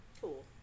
Cool